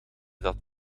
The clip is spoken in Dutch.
dat